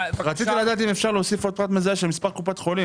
רציתי לדעת אם אפשר להוסיף עוד פרט מזהה של מספר קופת חולים,